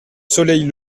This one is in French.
soleil